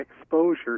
exposure